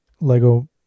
lego